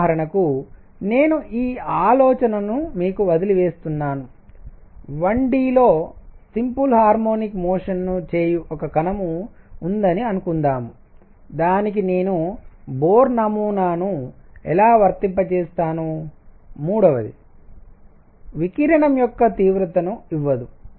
ఉదాహరణకు నేను ఈ ఆలోచనను మీకు వదిలివేస్తున్నాను 1 D లో సింపుల్ హార్మోనిక్ మోషన్ సరళ హరాత్మక చలనం ను చేయు ఒక కణం ఉందని అనుకుందాం దానికి నేను బోర్ నమూనా ను ఎలా వర్తింపజేస్తాను మూడవది వికిరణంరేడియేషన్ యొక్క తీవ్రతను ఇవ్వదు